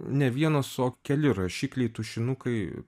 ne vienas o keli rašikliai tušinukai